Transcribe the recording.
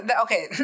okay